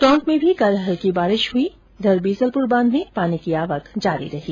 टोंक में भी कल हल्की बारिश हुई जिससे बीसलपुर बांध में पानी की आवक जारी रही